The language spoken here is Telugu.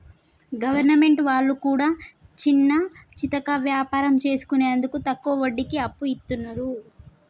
గవర్నమెంట్ వాళ్లు కూడా చిన్నాచితక వ్యాపారం చేసుకునేందుకు తక్కువ వడ్డీకి అప్పు ఇస్తున్నరు